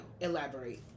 elaborate